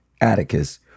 Atticus